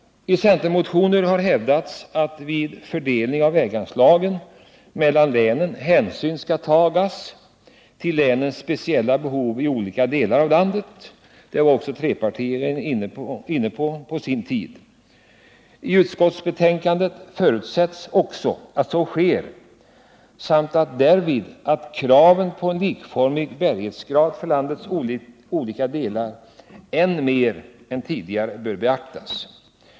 I centermotioner har hävdats att vid fördelning av väganslagen mellan länen hänsyn skall tas till länens speciella behov i olika delar av landet. På sin tid var också trepartiregeringen inne på detta. I utskottsbetänkandet förutsätts också att så sker samt att därvid kraven på en likformig bärighetsgrad för landets olika delar än mer än tidigare bör beaktas.